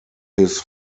his